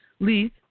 Leith